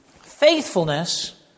faithfulness